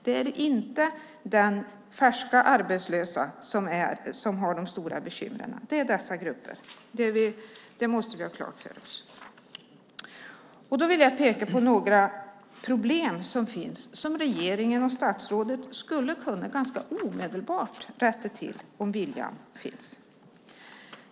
Det är inte de färska arbetslösa som har de stora bekymren, utan det är dessa grupper. Det måste vi ha klart för oss. Jag vill peka på några problem som finns som regeringen och statsrådet ganska omedelbart skulle kunna rätta till om viljan finns.